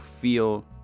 feel